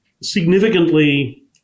Significantly